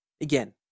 again